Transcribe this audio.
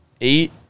eight